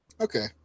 Okay